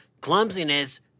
Clumsiness